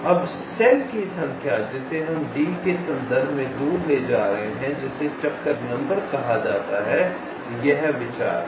अब सेल की संख्या जिसे हम D के संबंध में दूर ले जा रहे हैं जिसे चक्कर नंबर कहा जाता है यह विचार है